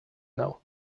now